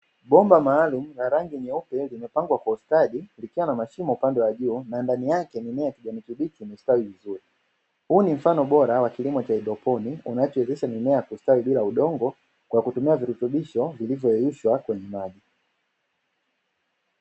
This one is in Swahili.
Bomba maalumu la rangi nyeupe limepangwa kwa ustadi likiwa na mashimo upande wa juu, na ndani yake mimea ya kijani kibichi imestawi vizuri, huu ni mfano bora wa kilimo cha haidroponi unachowezesha mimea ya kustawi bila udongo kwa kutumia virutubisho vilivyoyeyushwa kwenye maji.